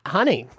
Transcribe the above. Honey